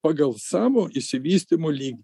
pagal savo išsivystymo lygį